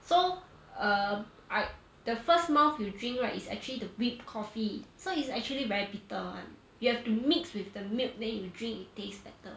so um I the first mouth you drink right is actually the whipped coffee so it's actually very bitter [one] you have to mix with the milk then you drink it tastes better